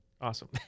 Awesome